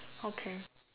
okay